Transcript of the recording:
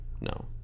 no